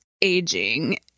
aging